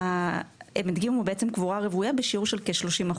הם הדגימו קבורה רוויה בשיעור של כ-30%,